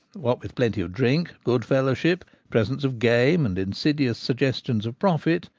what with plenty of drink, good fellowship, presents of game, and insidious suggestions of profit,